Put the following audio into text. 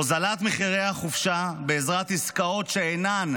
הורדת מחירי החופשה בעזרת עסקאות שאינן